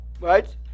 right